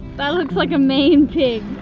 that looks like a mean pig.